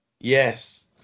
yes